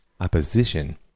opposition